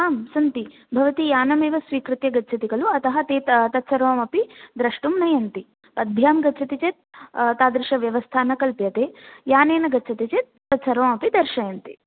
आं सन्ति भवती यानमेव स्वीकृत्य गच्छति खलु अतः त ते तत्सर्वमपि द्रष्टुं नयन्ति पद्भ्यां गच्छति चेत् तादृशव्यवस्था न कल्प्यते यानेन गच्छति चेत् तत् सर्वमपि दर्श्यन्ति